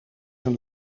een